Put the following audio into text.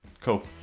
Cool